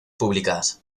públicas